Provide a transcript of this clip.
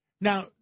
Now